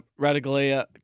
Radaglia